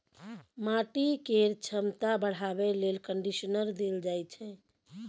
माटि केर छमता बढ़ाबे लेल कंडीशनर देल जाइ छै